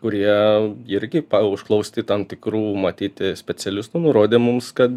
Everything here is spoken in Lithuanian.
kurie irgi pa užklausti tam tikrų matyti specialistų nurodė mums kad